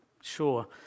sure